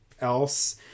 else